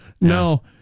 no